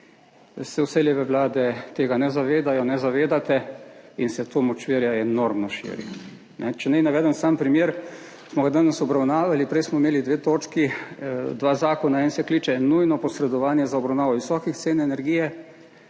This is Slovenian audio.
se vse leve vlade tega ne zavedajo, ne zavedate in se to močvirje enormno širi. Če naj navedem samo primer, ki smo ga danes obravnavali, prej smo imeli dve točki, dva zakona, prvi je Nujno posredovanje za obravnavo visokih cen energije